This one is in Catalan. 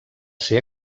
ser